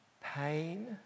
pain